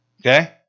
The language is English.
okay